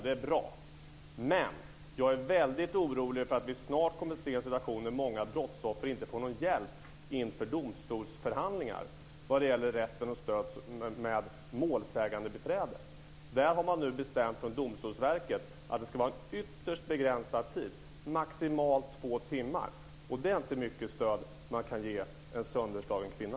Det är bra, men jag är väldigt orolig för att vi snart kommer att se situationen att många brottsoffer inte får någon hjälp inför domstolsförhandlingar vad gäller rätten till och stödet med målsägandebiträde. Där har man nu från Domstolsverket bestämt att det ska vara en ytterst begränsad tid, maximalt två timmar. Det är inte mycket stöd man på den tiden kan ge en sönderslagen kvinna.